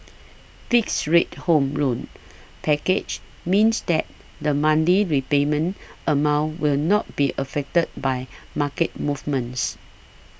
fixed rate Home Loan packages means that the Monday repayment amount will not be affected by market movements